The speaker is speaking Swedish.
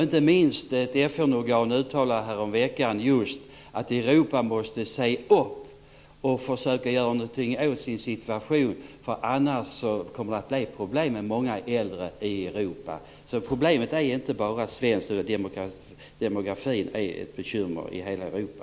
Ett FN-organ uttalade häromveckan att Europa måste se upp och försöka göra något åt sin situation, annars kommer det att bli problem med många äldre i Europa. Problemet är inte bara svenskt. Demografin är ett bekymmer i hela